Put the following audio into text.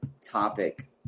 topic